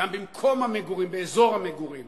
גם במקום המגורים, באזור המגורים.